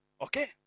Okay